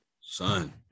Son